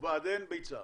ובַּעֲדֶן ביצה,